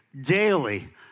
daily